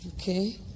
Okay